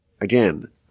Again